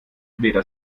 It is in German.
weder